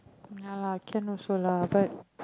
ya lah can also lah but